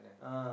ah